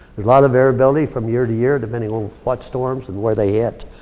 there's a lot of variability from year to year, depending on what storm and where they hit,